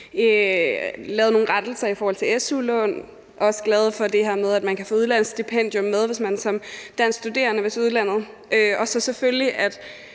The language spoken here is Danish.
lavet nogle rettelser i forhold til su-lån. Vi er også glade for det her med, at man kan få udlandsstipendium med, hvis man som dansk studerende vil til udlandet – og så selvfølgelig, at